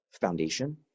foundation